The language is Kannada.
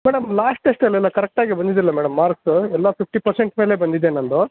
ಮೇಡಮ್ ಲಾಸ್ಟ್ ಟೆಸ್ಟಲೆಲ್ಲ ಕರೆಕ್ಟಾಗೆ ಬಂದಿದೆಯಲ್ಲ ಮೇಡಮ್ ಮಾರ್ಕ್ಸು ಎಲ್ಲ ಫಿಫ್ಟಿ ಪರ್ಸೆಂಟ್ ಮೇಲೆ ಬಂದಿದೆ ನಂದು